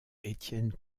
étienne